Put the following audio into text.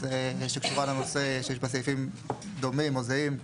שקשורה לנושא שיש בה סעיפים דומים או זהים,